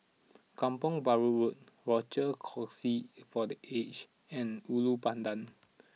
Kampong Bahru Road Rochor Kongsi for the Aged and Ulu Pandan